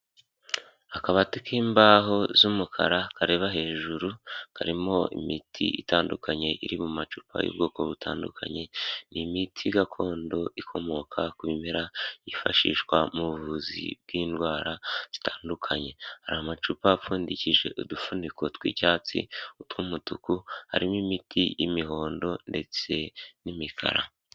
Akabati k'imbaho z'umukara kareba hejuru, karimo imiti itandukanye iri mu macupa y'ubwoko butandukanye, ni imiti gakondo ikomoka ku bimera, yifashishwa mu buvuzi bw'indwara zitandukanye. Hari amacupa apfundikishije udufuniko tw'icyatsi, utw'umutuku, harimo imiti y'imihondo ndetse n'imikara.